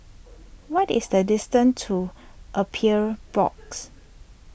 what is the distance to Appeals Board